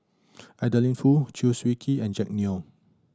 Adeline Foo Chew Swee Kee and Jack Neo